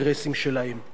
זה במישור המדיני.